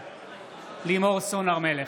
בעד לימור סון הר מלך,